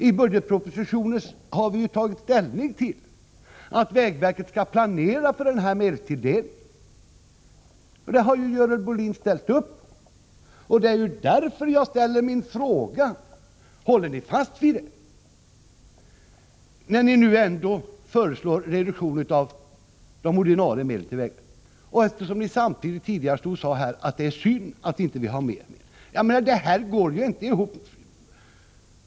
I budgetpropositionen har vi tagit ställning till att vägverket skall planera för denna medelstilldelning. Görel Bohlin har ju ställt upp på det. Jag ställer därför min fråga om ni håller fast vid detta. Ni föreslår nu en reduktion av de ordinarie medlen till vägverket. Samtidigt har ni tidigare sagt att det är synd att vi inte har mer medel. Det här går inte ihop!